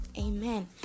Amen